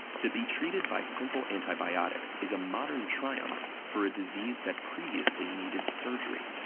to be treated by simple antibiotics is a modern triumph for a disease that previously needed surgery.